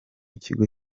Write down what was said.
kigo